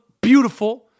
beautiful